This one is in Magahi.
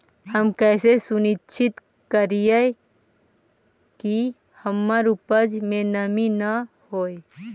हम कैसे सुनिश्चित करिअई कि हमर उपज में नमी न होय?